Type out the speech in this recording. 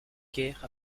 guerre